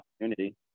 opportunity